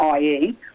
IE